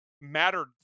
mattered